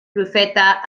profeta